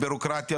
ביורוקרטיה,